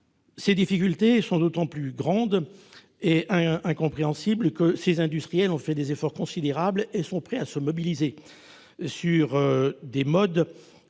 Ces difficultés sont d'autant plus grandes et incompréhensibles que ces industriels ont fait des efforts considérables et qu'ils sont prêts à se mobiliser sur des modes